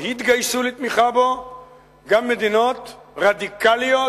או התגייסו לתמיכה בו גם מדינות רדיקליות,